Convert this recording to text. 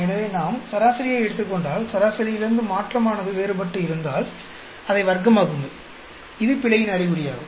எனவே நாம் சராசரியை எடுத்துக் கொண்டால் சராசரியிலிருந்து மாற்றமானது வேறுபட்டு இருந்தால் அதை வர்க்கமாக்குங்கள் இது பிழையின் அறிகுறியாகும்